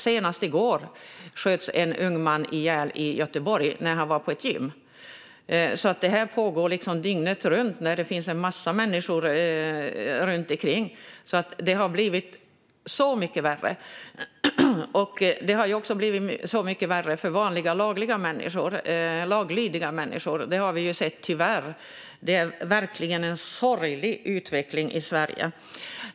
Senast i går sköts en ung man ihjäl i Göteborg när han var på ett gym. Det här pågår dygnet runt när det finns en massa människor runt omkring. Det har blivit så mycket värre, även för vanliga laglydiga människor. Tyvärr är det så. Det är verkligen en sorglig utveckling i Sverige.